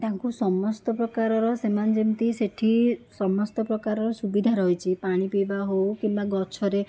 ତାଙ୍କୁ ସମସ୍ତ ପ୍ରକାରର ସେମାନେ ଯେମିତି ସେଠି ସମସ୍ତ ପ୍ରକାରର ସୁବିଧା ରହିଛି ପାଣି ପିଇବା ହେଉ କିମ୍ବା ଗଛରେ